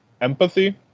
empathy